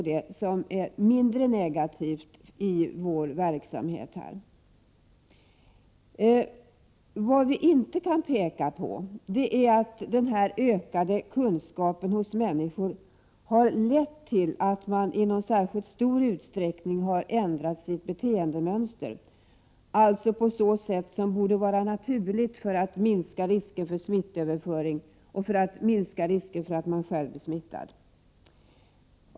Däremot har inte denna ökade kunskap hos människor lett till att man i särskilt stor utsträckning har ändrat sitt beteendemönster, dvs. på ett sätt som borde vara naturligt för att minska risken för smittöverföring och risken för att man själv blir smittad.